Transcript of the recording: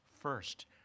first